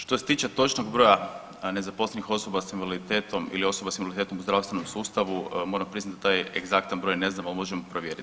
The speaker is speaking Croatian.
Što se tiče točnog broja nezaposlenih osoba s invaliditetom ili osoba s invaliditetom u zdravstvenom sustavu, moram priznati da taj egzaktan broj ne znam, ali možemo provjeriti.